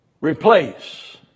replace